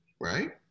right